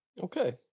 Okay